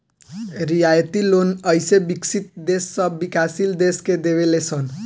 रियायती लोन अइसे विकसित देश सब विकाशील देश के देवे ले सन